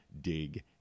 dig